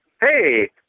hey